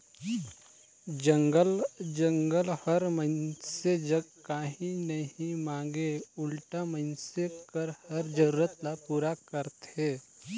जंगल हर मइनसे जग काही नी मांगे उल्टा मइनसे कर हर जरूरत ल पूरा करथे